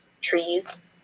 trees